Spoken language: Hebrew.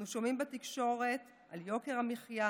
אנחנו שומעים בתקשורת על יוקר המחיה.